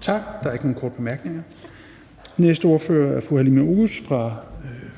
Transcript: Tak. Der er ikke nogen korte bemærkninger. Næste ordfører er fru Halime Oguz fra